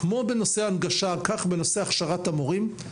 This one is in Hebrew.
כמו בנושא הנגשה כך בנושא הכשרת המורים,